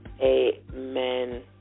amen